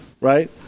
Right